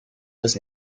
des